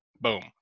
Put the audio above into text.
boom